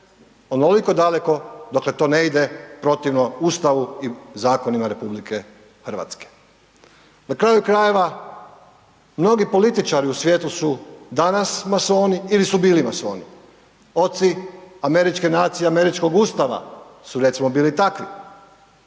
onoliko daleko dokle to ne ide protivno Ustavu i zakonima RH. Na kraju krajeva, mnogi političari u svijetu su danas masoni ili su bili masoni. Oci američke nacije, američkog Ustava su, recimo bili takvi